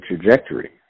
trajectory